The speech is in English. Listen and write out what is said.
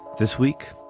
this week,